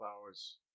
hours